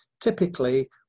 typically